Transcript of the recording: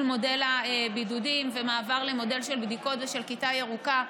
מודל הבידודים ומעבר למודל של בדיקות ושל כיתה ירוקה.